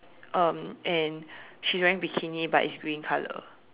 um and she's wearing bikini but it's green color